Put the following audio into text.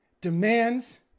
demands